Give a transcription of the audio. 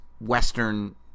Western